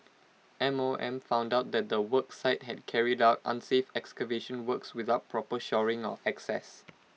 M O M found out that the work site had carried out unsafe excavation works without proper shoring or access